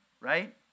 Right